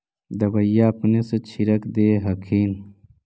दबइया अपने से छीरक दे हखिन?